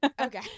Okay